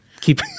keep